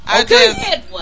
Okay